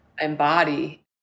embody